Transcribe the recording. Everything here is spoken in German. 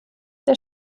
der